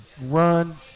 run